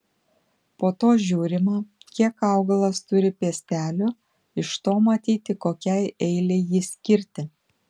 po to žiūrima kiek augalas turi piestelių iš to matyti kokiai eilei jį skirti